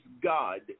God